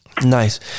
Nice